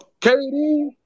KD